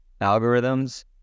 algorithms